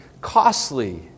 costly